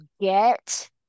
get